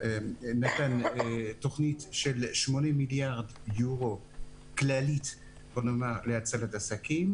נתן תוכנית של 80 מיליארד יורו כללית להצלת עסקים,